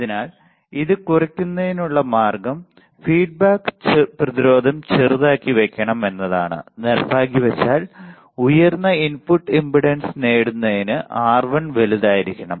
അതിനാൽ ഇത് കുറയ്ക്കുന്നതിനുള്ള മാർഗ്ഗം ഫീഡ്ബാക്ക് പ്രതിരോധം ചെറുതായി വെക്കണം എന്നതാണ് നിർഭാഗ്യവശാൽ ഉയർന്ന ഇൻപുട്ട് ഇംപെഡൻസ് നേടുന്നതിന് R1 വലുതായിരിക്കണം